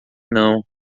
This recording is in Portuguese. não